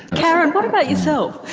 karen what about yourself?